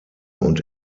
und